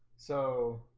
so